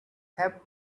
have